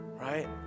right